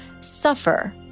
suffer